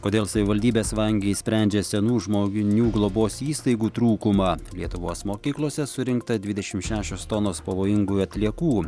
kodėl savivaldybės vangiai sprendžia senų žmognių globos įstaigų trūkumą lietuvos mokyklose surinkta dvidešimt šešios tonos pavojingų atliekų